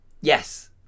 Yes